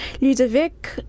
Ludovic